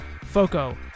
FOCO